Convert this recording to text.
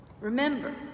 Remember